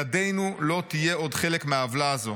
ידנו לא תהיה עוד חלק מהעוולה הזו.